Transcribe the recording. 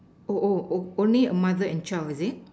oh oh oh only a mother and child is it